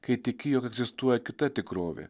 kai tiki jog egzistuoja kita tikrovė